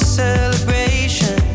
celebration